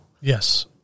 yes